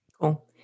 cool